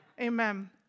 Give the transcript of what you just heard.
Amen